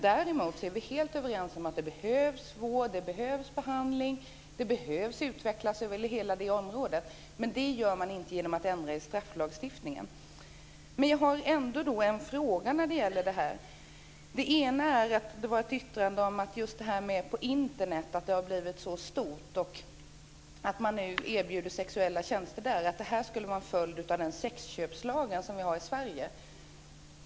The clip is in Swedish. Däremot är vi helt överens om att det behövs vård och behandling - det behövs utveckling på hela det området - men det åstadkommer man inte genom att ändra i strafflagstiftningen. Jag har ändå en fråga om det här. Det var ett yttrande om att det har blivit så stort, detta att man erbjuder sexuella tjänster på Internet, och att det här skulle vara en följd av den sexköpslag som vi har i Sverige.